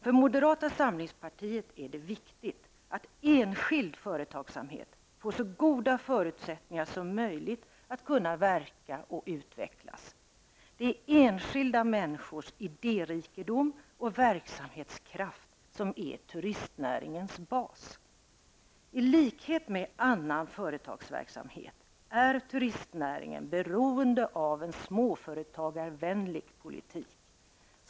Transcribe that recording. För moderata samlingspartiet är det viktigt att enskild företagsamhet får så goda förutsättningar som möjligt att kunna verka och utvecklas. Det är enskilda människors idérikedom och verksamhetskraft som är turistnäringens bas. I likhet med annan företagsverksamhet är turistnäringen beroende av en småföretagarvänlig politik.